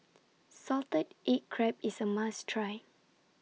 Salted Egg Crab IS A must Try